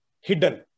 Hidden